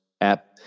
app